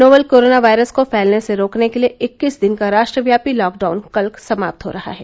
novel corona virus को फैलने से रोकने के लिए इक्कीस दिन का राष्ट्रव्यापी लॉकडाउन कल समाप्त हो रहा है